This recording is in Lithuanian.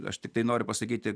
aš tiktai noriu pasakyti